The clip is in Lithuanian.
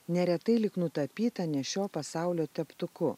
neretai lyg nutapyta ne šio pasaulio teptuku